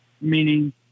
meaning